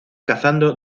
cazando